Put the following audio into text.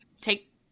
take